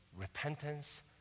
repentance